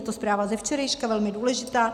Je to zpráva ze včerejška, velmi důležitá.